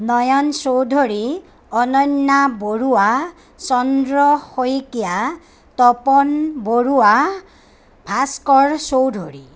Nayan Chowdhury Ananya Baruah Chandra Saikia Tapan Baruah Bhaskar Choudhury